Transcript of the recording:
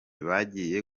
bagiye